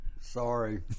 Sorry